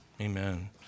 Amen